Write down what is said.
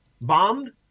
bombed